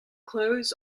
clothes